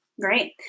Great